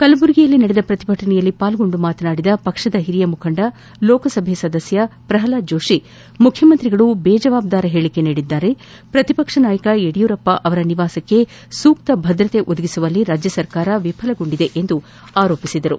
ಕಲಬುರಗಿಯಲ್ಲಿ ನಡೆದ ಪ್ರತಿಭಟನೆಯಲ್ಲಿ ಪಾಲ್ಗೊಂಡು ಮಾತನಾಡಿದ ಹಿರಿಯ ಮುಖಂದ ಲೋಕಸಭಾ ಸದಸ್ಯ ಪ್ರಹ್ಲಾದ್ ಜೋಶಿಮುಖ್ಯಮಂತ್ರಿಗಳು ಬೇಜವಾಬ್ದಾರಿಯುತ ಹೇಳಿಕೆ ನೀಡಿದ್ದಾರೆ ಪ್ರತಿಪಕ್ಷ ನಾಯಕ ಯಡಿಯೂರಪ್ಪ ಅವರ ನಿವಾಸಕ್ಕೆ ಸೂಕ್ತ ಭದ್ರತೆ ಒದಗಿಸುವಲ್ಲಿ ರಾಜ್ಯ ಸರ್ಕಾರ ವಿಫಲಗೊಂಡಿದೆ ಎಂದು ಆರೋಪಿಸಿದರು